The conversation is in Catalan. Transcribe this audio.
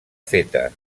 feta